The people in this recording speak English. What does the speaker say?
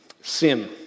Sin